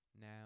Now